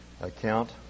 account